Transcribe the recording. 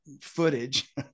footage